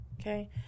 okay